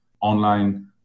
online